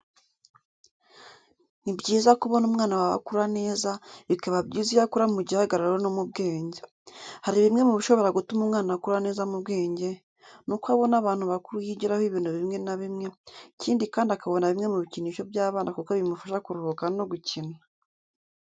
Ni byiza kubona umwana wawe akura neza, bikaba byiza iyo akura mu gihagararo no mu bwenge. Hari bimwe mu bishobora gutuma umwana akura neza mu bwenge, nuko abona abantu bakuru yigiraho ibintu bimwe na bimwe, ikindi kandi akabona bimwe mu bikinisho by'abana kuko bimufasha kuruhuka no gukina.